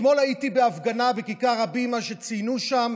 אתמול הייתי בהפגנה בכיכר רבין, וציינו שם